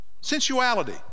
Sensuality